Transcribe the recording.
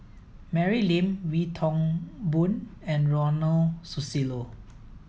Mary Lim Wee Toon Boon and Ronald Susilo